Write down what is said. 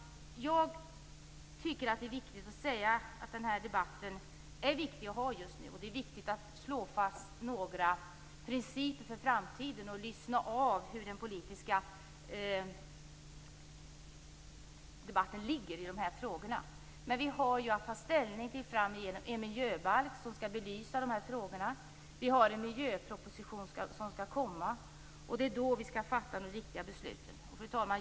Jag tycker att den här debatten är viktig, och det är viktigt att slå fast några principer för framtiden och lyssna på hur den politiska debatten förs i dessa frågor. Men vi har ju att ta ställning till en miljöbalk framöver där dessa frågor skall belysas. Det skall komma en miljöproposition. Det är då vi skall fatta de riktiga besluten. Fru talman!